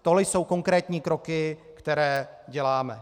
Tohle jsou konkrétní kroky, které děláme.